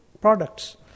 products